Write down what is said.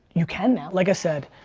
you can now, like i said,